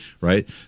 right